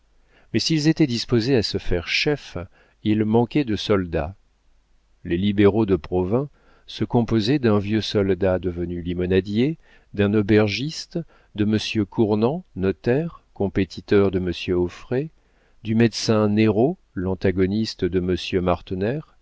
mais s'ils étaient disposés à se faire chefs ils manquaient de soldats les libéraux de provins se composaient d'un vieux soldat devenu limonadier d'un aubergiste de monsieur cournant notaire compétiteur de monsieur auffray du médecin néraud l'antagoniste de